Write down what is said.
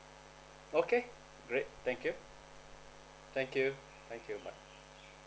okay great thank you thank you thank you bye